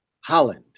Holland